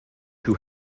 who